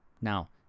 Now